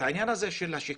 גם בעניין השיקום.